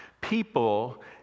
people